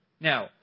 Now